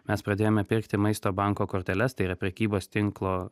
mes pradėjome pirkti maisto banko korteles tai yra prekybos tinklo